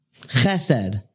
Chesed